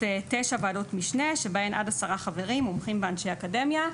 תשע וועדות משנה שבהן עד עשרה חברים מומחים ואנשי אקדמיה,